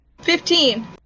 fifteen